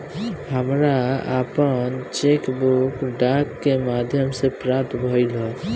हमरा आपन cheque book डाक के माध्यम से प्राप्त भइल ह